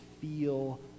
feel